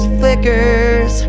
flickers